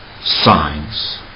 signs